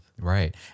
right